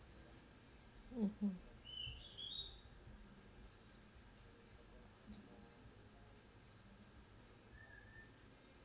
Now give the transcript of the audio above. mmhmm